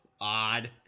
odd